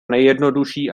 nejjednoduší